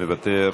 מוותר,